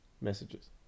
messages